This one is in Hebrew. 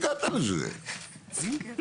זה לא נורא משנה.